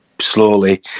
slowly